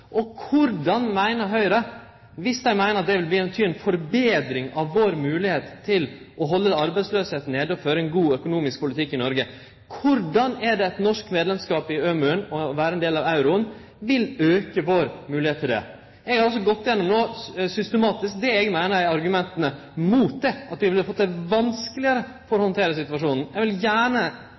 og monetære unionen? Korleis meiner Høgre – om dei meiner at det vil bety ei betring av vår moglegheit til å halde arbeidsløysa nede og føre ein god politikk i Noreg – at norsk medlemskap i ØMU og å vere ein del av euroen vil auke vår moglegheit til det? Eg har no systematisk gått gjennom det eg meiner er argumenta mot det – at det ville gjort det vanskelegare å handtere situasjonen. Eg vil gjerne